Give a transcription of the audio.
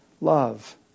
love